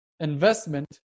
Investment